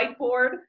whiteboard